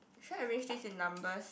should I arrange this in numbers